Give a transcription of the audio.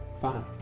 Fine